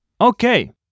Okay